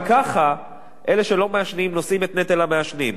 גם ככה אלה שלא מעשנים נושאים את נטל המעשנים,